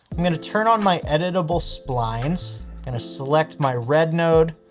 i'm going to turn on my editable splines and a select my red node.